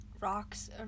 rocks